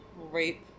rape